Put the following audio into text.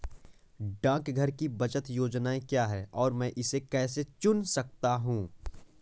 डाकघर की बचत योजनाएँ क्या हैं और मैं इसे कैसे चुन सकता हूँ?